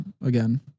again